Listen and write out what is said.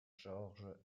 georges